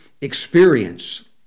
experience